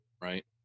right